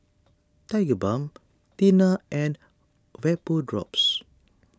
Tigerbalm Tena and Vapodrops